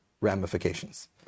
ramifications